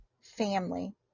family